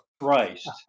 Christ